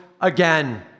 again